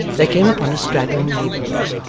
they came upon a straggling neighbourhood,